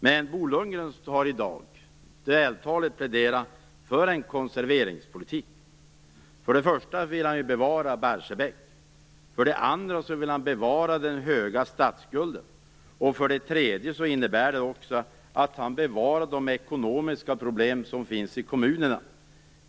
Men Bo Lundgren har i dag vältaligt pläderat för en konserveringspolitik. För det första vill han bevara Barsebäck. För det andra vill han bevara den höga statsskulden. För det tredje innebär det att han bevarar de ekonomiska problem som finns i kommunerna.